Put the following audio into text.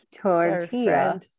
Tortilla